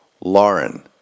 Lauren